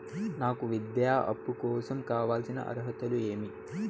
నాకు విద్యా అప్పు కోసం కావాల్సిన అర్హతలు ఏమి?